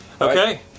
Okay